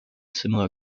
similar